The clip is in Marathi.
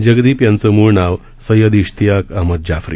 जगदीप यांचं मूळ नाव सैयद इश्तियाक अहमद जाफरी